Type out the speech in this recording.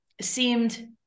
seemed